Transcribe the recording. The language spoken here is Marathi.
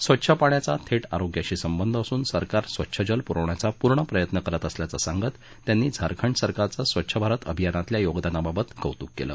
स्वच्छ पाण्याचा थेट आरोग्याशी संबंध असून सरकार स्वच्छ जल पुरवण्याचा पूर्ण प्रयत्न करत असल्याचं सांगत त्यांनी झारखंड सरकारचं स्वच्छ भारत अभियानातल्या योगदानाचं कौतुक केलं